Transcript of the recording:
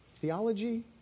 Theology